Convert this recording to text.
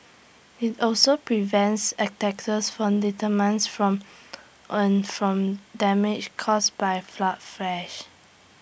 IT also prevents attacks from termites from an from damage caused by flood fresh